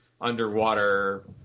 underwater